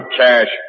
cash